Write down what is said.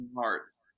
hearts